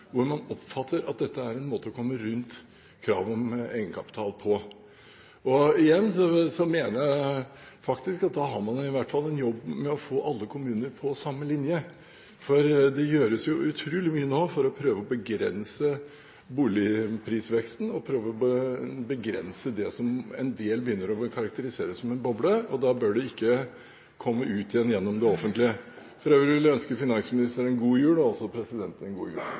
hvert fall en jobb å gjøre med å få alle kommunene på samme linje, for det gjøres utrolig mye nå for å prøve å begrense boligprisveksten og prøve å begrense det som en del begynner å karakterisere som en boble – og da bør det ikke komme ut igjen gjennom det offentlige. For øvrig vil jeg ønske finansministeren – og også presidenten – en god